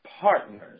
partners